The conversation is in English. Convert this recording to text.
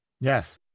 Yes